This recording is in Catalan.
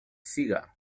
siga